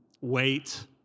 wait